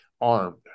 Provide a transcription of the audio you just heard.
armed